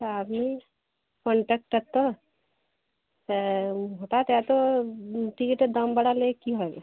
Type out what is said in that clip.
তা আপনি কনটাক্টার তো হ্যাঁ হঠাৎ এতো টিকিটের দাম বাড়ালে কী হবে